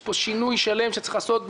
יש פה שינוי שלם שצריך לעשות,